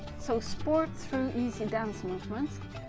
so sports through easy dance movements.